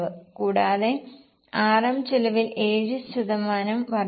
കൂടാതെ ആർഎം ചെലവിൽ 7 ശതമാനം വർദ്ധനവും